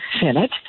Senate